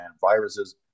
viruses